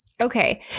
Okay